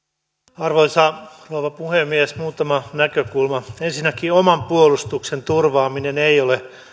arvoisa rouva puhemies muutama näkökulma ensinnäkin oman puolustuksen turvaaminen ei ole